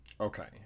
Okay